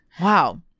Wow